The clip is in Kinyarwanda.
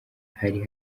hari